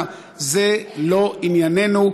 זה לא ענייננו,